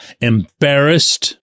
embarrassed